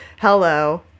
hello